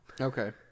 okay